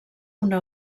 una